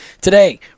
Today